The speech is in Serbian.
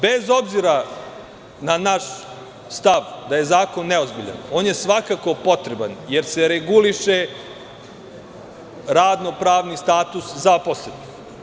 Bez obzira na naš stav da je zakon neozbiljan, on je svakako potreban, jer se reguliše radno-pravni status zaposlenih.